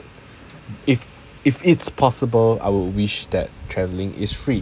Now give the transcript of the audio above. if if it's possible I will wish that travelling is free